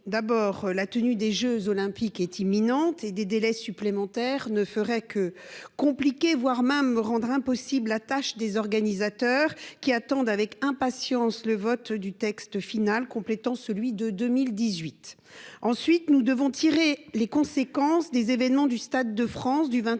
d'abord, la tenue des jeux Olympiques est imminente ; des délais supplémentaires ne feraient que compliquer, voire rendre impossible, la tâche des organisateurs, qui attendent avec impatience le vote de ce texte final, complétant celui de 2018. Ensuite, nous devons tirer les conséquences des événements survenus au Stade de France le 28 mai